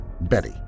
Betty